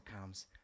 comes